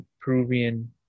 Peruvian